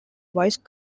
vice